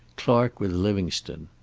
clark with livingstone.